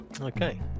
Okay